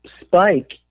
spike